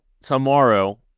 tomorrow